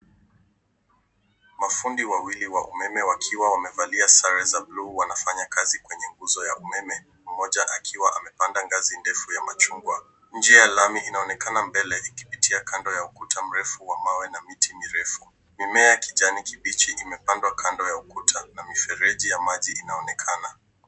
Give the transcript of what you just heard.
Mafundi wawili wa umeme wakiwa wamevalia sare za buluu wanafanya kazi kwenye nguzo ya umeme, mmoja akiwa amepanda ngazi ndefu ya machungwa. Njia ya lami inaonekana mbele, ikipitia kando ya ukuta mrefu wa mawe na miti mirefu. Mimea ya kijani kibichi imepandwa kando ya ukuta na mifereji ya maji inaonekana.